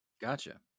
gotcha